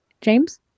James